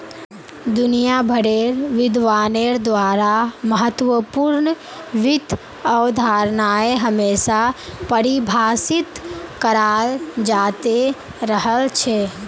दुनिया भरेर विद्वानेर द्वारा महत्वपूर्ण वित्त अवधारणाएं हमेशा परिभाषित कराल जाते रहल छे